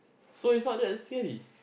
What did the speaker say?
so it's not that scary